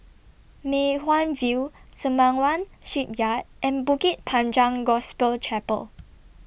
Mei Hwan View Sembawang Shipyard and Bukit Panjang Gospel Chapel